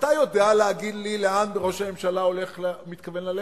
אתה יודע להגיד לי לאן ראש הממשלה מתכוון ללכת?